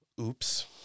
oops